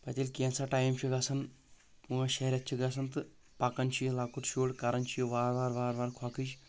پتہٕ ییٚلہِ کینٛژاہ ٹایم چھُ گژھان پانٛژھ شےٚ رٮ۪تھ چھ گژھان تہٕ پکان چھُ یہِ لۄکُٹ شُر کران چھُ یہِ وارٕ وارٕ وارٕ وارٕ کھۄکٕج